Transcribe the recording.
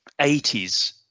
80s